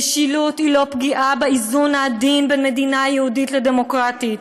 משילות היא לא פגיעה באיזון העדין בין מדינה יהודית לדמוקרטית,